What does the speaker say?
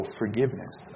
forgiveness